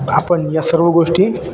आपण या सर्व गोष्टी